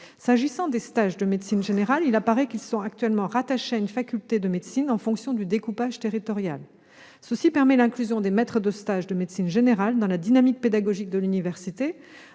S'agissant des stages de médecine générale, il apparaît qu'ils sont actuellement rattachés à une faculté de médecine, en fonction du découpage territorial. Cela permet l'inclusion des maîtres de stage de médecine générale dans la dynamique pédagogique de l'université,